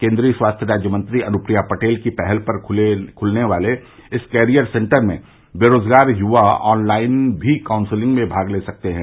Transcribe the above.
केन्द्रीय स्वास्थ्य राज्य मंत्री अनुप्रिया पटेल की पहल पर खुलने वाले इस कैरियर सेंटर से बेरोजगार युवा ऑन लाइन भी काउंसिलिंग में भाग ले सकेंगे